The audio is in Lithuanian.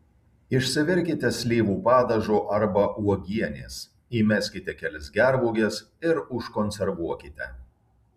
išsivirkite slyvų padažo arba uogienės įmeskite kelias gervuoges ir užkonservuokite